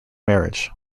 marriage